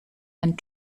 and